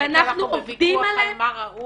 ואנחנו עובדים על זה -- אולי אנחנו בויכוח על מה ראוי,